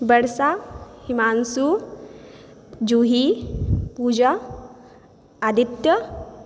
Varsha Himanshu Juhi Puja Aditya